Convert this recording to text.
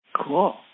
Cool